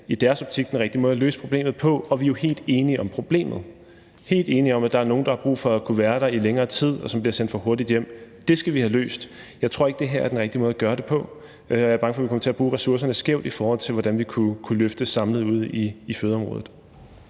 i deres optik er den rigtige måde at løse problemet på. Vi er jo helt enige om problemet – helt enige om, at der er nogle, der har brug for at kunne være der i længere tid, og som bliver sendt for hurtigt hjem. Det skal vi have løst. Jeg tror ikke, det her er den rigtige måde at gøre det på, og jeg er bange for, at vi kommer til at bruge ressourcerne skævt, i forhold til hvordan vi kunne løfte det samlet på fødeområdet.